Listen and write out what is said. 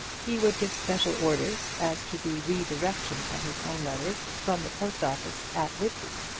he would give special orders as to the re-direction of his own letters from the post-office at whitby.